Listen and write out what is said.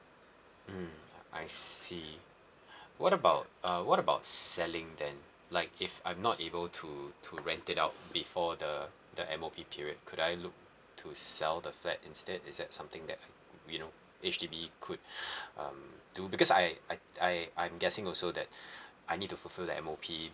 mm I see what about uh what about selling then like if I'm not able to to rent it out before the the M_O_P period could I look to sell the flat instead is that something that you know H_D_B could um do because I I I I'm guessing also that I need to fulfill the M_O_P